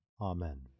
Amen